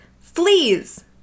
Fleas